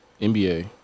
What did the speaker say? NBA